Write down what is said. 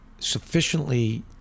sufficiently